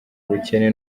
ubukene